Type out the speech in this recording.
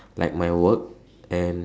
like my work and